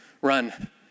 run